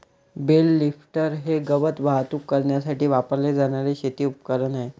bell lifter हे गवत वाहतूक करण्यासाठी वापरले जाणारे शेती उपकरण आहे